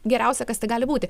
geriausia kas tai gali būti